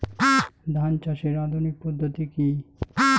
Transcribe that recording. ধান চাষের আধুনিক পদ্ধতি কি?